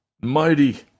Mighty